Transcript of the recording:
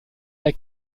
der